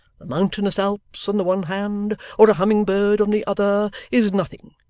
the mountainous alps on the one hand, or a humming-bird on the other, is nothing,